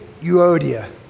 Euodia